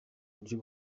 buryo